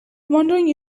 wondering